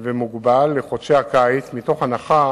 ומהווים אלטרנטיבה זולה ונוחה לנסיעה בתוך העיר.